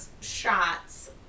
shots